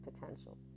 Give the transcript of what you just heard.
potential